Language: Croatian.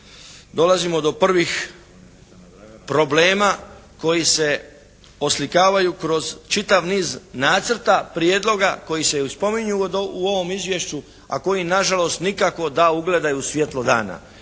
dolazimo do prvih problema koji se oslikavaju kroz čitav niz nacrta, prijedloga koji se i spominju u ovom izvješću, a koji nažalost nikako da ugledaju svjetlo dana,